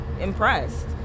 impressed